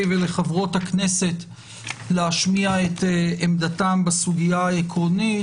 ולחברות הכנסת להשמיע את עמדתם בסוגיה העקרונית,